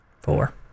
Four